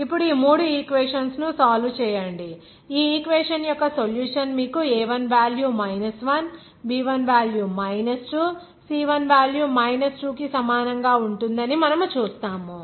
ఇప్పుడు ఈ మూడు ఈక్వేషన్స్ ను సాల్వ్ చేయండి ఈ ఈక్వేషన్ యొక్క సొల్యూషన్ మీకు a1 value 1 b 1 value 2 c1 value 2 కి సమానంగా ఉంటుందని మనము చూస్తాము